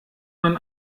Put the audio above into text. man